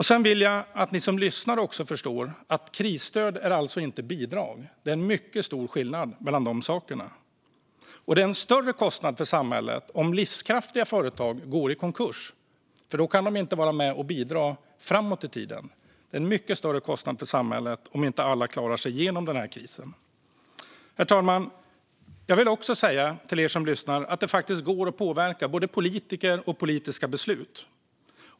Sedan vill jag att ni som lyssnar också förstår att krisstöd inte är bidrag. Det är en mycket stor skillnad mellan de sakerna. Det är en större kostnad för samhället om livskraftiga företag går i konkurs, för då kan de inte vara med och bidra framåt i tiden. Det är en mycket större kostnad för samhället om inte alla klarar sig igenom den här krisen. Herr talman! Jag vill också säga till er som lyssnar att det faktiskt går att påverka både politiker och politiska beslut.